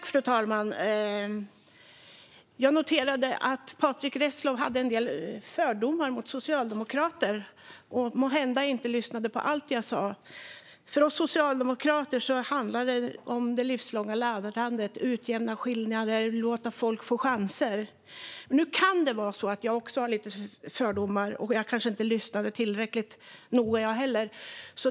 Fru talman! Jag noterade att Patrick Reslow har en del fördomar om socialdemokrater och måhända inte lyssnade på allt jag sa. För oss socialdemokrater handlar detta om det livslånga lärandet, att utjämna skillnader och att låta folk få chanser. Nu kan det vara så att jag också har en del fördomar och inte lyssnade tillräckligt noga jag heller.